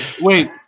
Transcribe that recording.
Wait